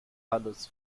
alles